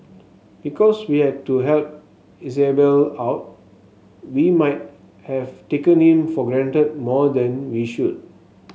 because we had to help Isabelle out we might have taken him for granted more than we should